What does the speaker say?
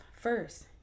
first